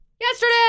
Yesterday